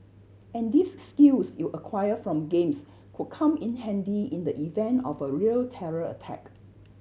and these skills you acquired from games could come in handy in the event of a real terror attack